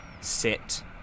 sit